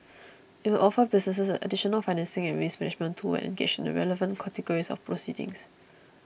it will offer businesses an additional financing and risk management tool when engaged in the relevant categories of proceedings